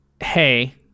hey